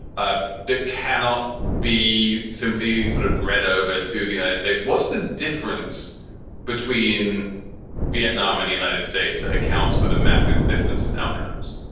ah cannot be simply sort of read over to the united states. what's the difference between vietnam and the united states that accounts for the massive difference in outcomes?